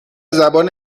زبان